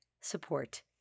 support